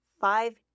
five